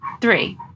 Three